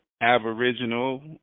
Aboriginal